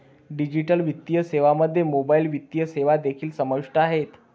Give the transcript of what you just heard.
digital वित्तीय सेवांमध्ये mobile वित्तीय सेवा देखील समाविष्ट आहेत